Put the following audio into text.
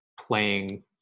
playing